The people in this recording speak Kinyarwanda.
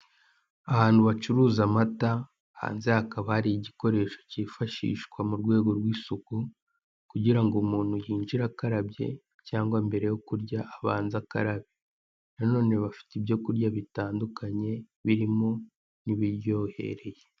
Ahantu bacuruza amata, hanze hakaba hari igikoresho cyifashishwa mu rwego rw'isuku kugira ngo umuntu yinjire akarabye cyangwa mbere yo kurya abanze akarabe, na none bafite ibyo kurya bitandukanye birimo ibiryohereye.